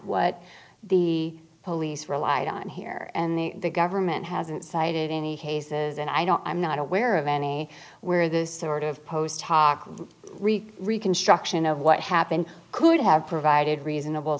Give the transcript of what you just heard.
what the police relied on here and the government hasn't cited any cases and i don't i'm not aware of any where this sort of post hoc reconstruction of what happened could have provided reasonable